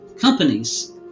companies